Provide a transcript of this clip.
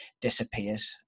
disappears